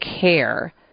care